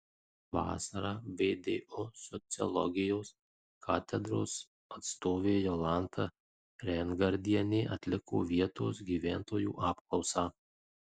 vasarą vdu sociologijos katedros atstovė jolanta reingardienė atliko vietos gyventojų apklausą